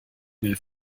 mail